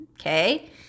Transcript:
okay